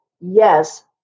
Yes